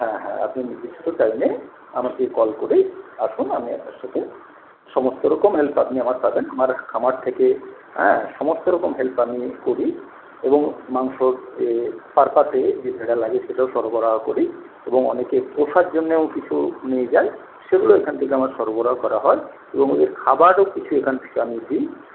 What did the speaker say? হ্যাঁ হ্যাঁ আপনি চাইলে আমাকে কল করে আসুন আমি আপনার সঙ্গে সমস্ত রকম হেল্প আপনি আমার পাবেন আমার খামার থেকে হ্যাঁ সমস্ত রকম হেল্প আমি করি এবং মাংস যে পারপাসে যে যেটা লাগে সেটাও সরবারহ করি এবং অনেকে পোষার জন্যেও কিছু নিয়ে যায় সেগুলো এখান থেকে আমার সরবারাহ করা হয় এবং খাবারও কিছু এখান থেকে আমি দিই